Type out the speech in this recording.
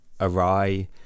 awry